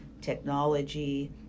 technology